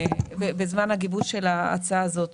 בזמן גיבוש ההצעה הזאת